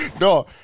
No